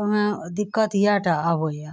ओहिमे दिक्कत इएहटा आबैए